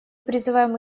призываем